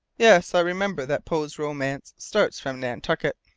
yes. i remember that poe's romance starts from nantucket.